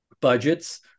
budgets